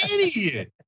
idiot